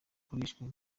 ikoreshwa